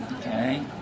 Okay